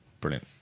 Brilliant